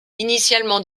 initialement